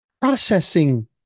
processing